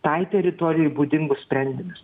tai teritorijai būdingus sprendinius